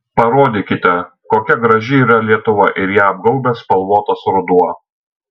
parodykite kokia graži yra lietuva ir ją apgaubęs spalvotas ruduo